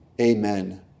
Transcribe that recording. Amen